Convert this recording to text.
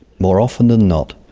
more often than not,